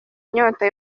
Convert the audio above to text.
inyota